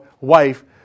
wife